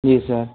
जी sir